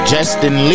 Justin